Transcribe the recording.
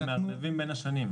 אתם מערבבים בין השנים.